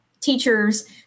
teachers